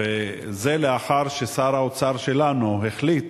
וזה לאחר ששר האוצר שלנו החליט